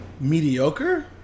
mediocre